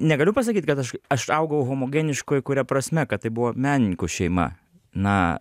negaliu pasakyt kad aš aš augau homogeniškoj kuria prasme kad tai buvo menininkų šeima na